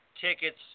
tickets